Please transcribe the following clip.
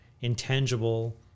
intangible